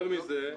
יותר מזה --- כן.